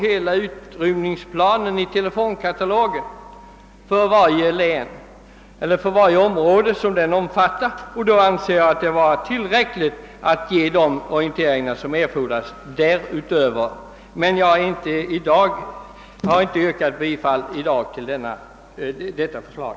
Hela utrymningsplanen kommer i fortsättningen för respektive område att införas i telefonkatalogen, och detta anser jag vara tillräckligt för att ge den orientering som erfordras utöver TV:s information. Jag har dock i dag inte yrkat bifall till detta förslag.